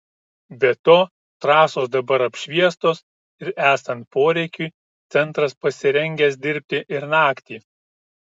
be to trasos dabar apšviestos ir esant poreikiui centras pasirengęs dirbti ir naktį